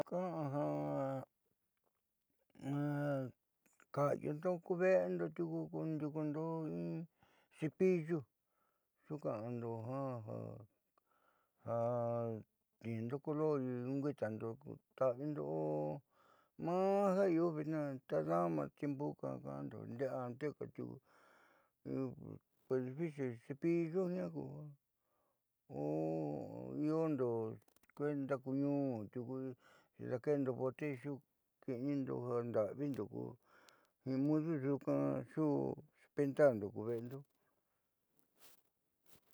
Ka'a ja kaayuundo ku ve'endo tiuku ndiuukundo in cepillu xuuka'ando ja tniindo color nkuiitando kuuta'avindo maa ja io vitnaa tadama tiempu ka ja ka'ando ndeé anteka tiuku difícil cepillo njiaa kuja iondo kuee ndaakuñuun tiuku janda'avindo koo nimudo yuunka xe pintando ku ve'endo.